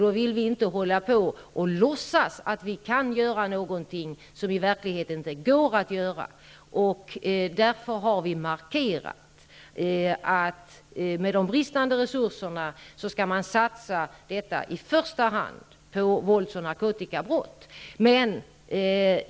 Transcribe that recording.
Vi vill då inte hålla på och låtsas att vi kan göra någonting som i verkligheten inte går att göra. Därför har vi markerat att med de bristande resurserna skall man i första hand satsa på vålds och narkotikabrott.